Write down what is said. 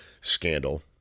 Scandal